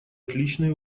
отличный